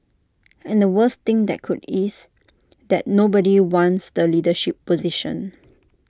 and the worst thing that could is that nobody wants the leadership position